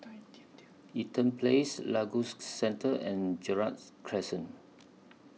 Eaton Place Lagos Center and Gerald Crescent